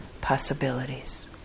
possibilities